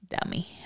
Dummy